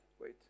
wait